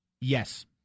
Yes